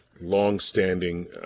long-standing